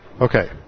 Okay